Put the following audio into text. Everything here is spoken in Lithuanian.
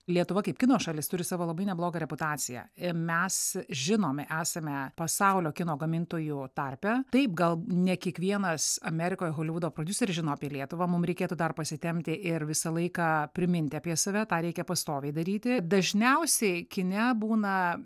lietuva kaip kino šalis turi savo labai neblogą reputaciją ir mes žinomi esame pasaulio kino gamintojų tarpe taip gal ne kiekvienas amerikoje holivudo prodiuseris žino apie lietuvą mum reikėtų dar pasitempti ir visą laiką priminti apie save tą reikia pastoviai daryti dažniausiai kine būna